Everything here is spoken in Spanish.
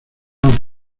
one